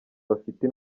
bafite